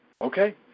Okay